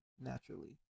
naturally